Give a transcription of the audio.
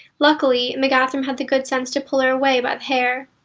luckily, mgathrim had the good sense to pull her away by the hair.